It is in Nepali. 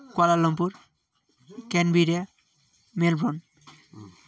Kuala Lumpur Canberra Melbourne